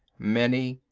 many,